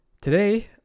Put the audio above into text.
Today